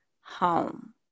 home